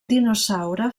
dinosaure